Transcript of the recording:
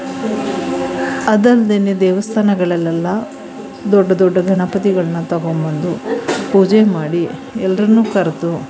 ಅದಲ್ಲದೇನೆ ದೇವಸ್ಥಾನಗಳಲ್ಲೆಲ್ಲ ದೊಡ್ಡ ದೊಡ್ಡ ಗಣಪತಿಗಳನ್ನ ತಗೊಂಡ್ಬಂದು ಪೂಜೆ ಮಾಡಿ ಎಲ್ಲರನ್ನೂ ಕರೆದು